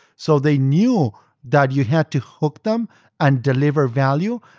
so they knew that you had to hook them and deliver value,